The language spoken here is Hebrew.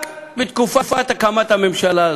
רק מתקופת הקמת הממשלה הזאת,